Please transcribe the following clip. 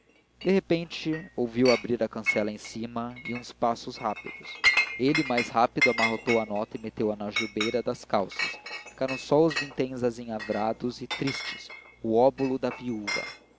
de repente ouviu abrir a cancela em cima e uns passos rápidos ele mais rápido amarrotou a nota e meteu-a na algibeira das calças ficaram só os vinténs azinhavrados e tristes o óbolo da viúva